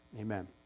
Amen